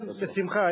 כן, בשמחה.